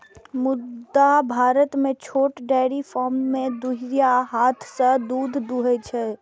मुदा भारत मे छोट डेयरी फार्म मे दुधिया हाथ सं दूध दुहै छै